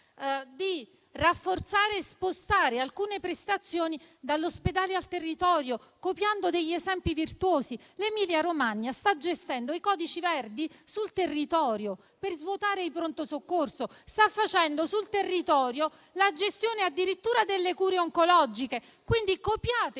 di rafforzare e spostare alcune prestazioni dall'ospedale al territorio, copiando degli esempi virtuosi. L'Emilia Romagna sta gestendo i codici verdi sul territorio per svuotare i pronto soccorso; sta facendo sul territorio la gestione addirittura delle cure oncologiche. Copiate quegli